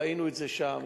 ראינו את זה שם,